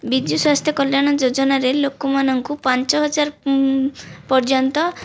ବିଜୁ ସ୍ୱାସ୍ଥ୍ୟ କଲ୍ୟାଣ ଯୋଜନାରେ ଲୋକମାନଙ୍କୁ ପାଞ୍ଚ ହଜାର ପର୍ଯ୍ୟନ୍ତ